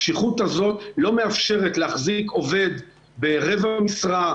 הקשיחות הזאת לא מאפשרת להחזיק עובד ברבע משרה,